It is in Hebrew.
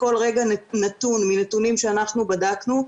מנתונים שאנחנו בדקנו,